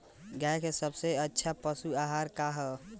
गाय के सबसे अच्छा पशु आहार का ह?